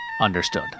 Understood